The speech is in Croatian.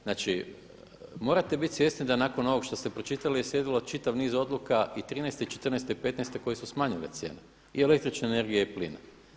Znači, morate biti svjesni da nakon ovog što ste pročitali je slijedilo čitav niz odluka i 13.-te i 14.-te i 15.-te koje su smanjile cijene i električne energije i plina.